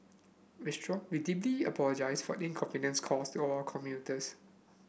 withdrew we deeply apologize for inconvenience caused to all our commuters